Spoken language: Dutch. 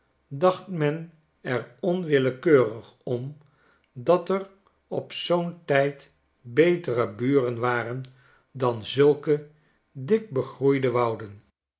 dacht men er onwillekeurig om dat er op zoo'n tijd betere buren waren dan zulke dik begroeide wouden